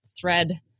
thread